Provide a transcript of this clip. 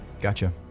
Gotcha